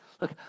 Look